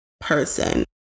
person